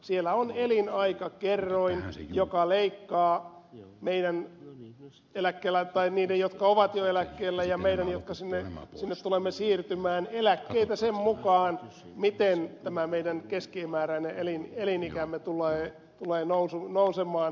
siellä on elinaikakerroin joka leikkaa meidän on nyt eläkkeellä tai niiden jotka ovat jo eläkkeellä ja meidän jotka sinne tulemme siirtymään eläkkeitä sen mukaan miten tämä meidän keskimääräinen elinikämme tulee nousemaan